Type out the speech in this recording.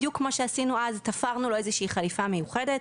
בדיוק כמו שעשינו אז; תפרנו לו איזו שהיא חליפה מיוחדת.